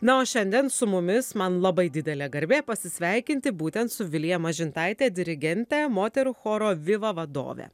na o šiandien su mumis man labai didelė garbė pasisveikinti būtent su vilija mažintaite dirigente moterų choro viva vadove